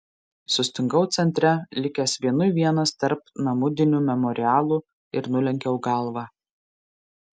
sustingau centre likęs vienui vienas tarp namudinių memorialų ir nulenkiau galvą